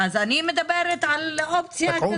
אני מדברת על אופציה.